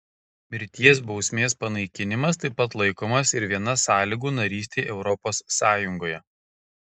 mirties bausmės panaikinimas taip pat laikomas ir viena sąlygų narystei europos sąjungoje